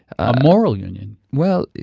a moral union? well,